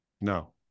no